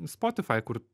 spotify kur